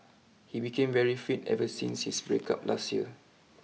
he became very fit ever since his break up last year